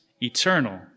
eternal